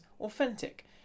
Authentic